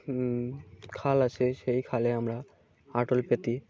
খাল আছে সেই খালে আমরা আটল পাতি